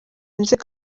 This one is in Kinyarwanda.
inzego